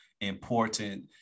important